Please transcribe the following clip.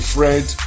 Fred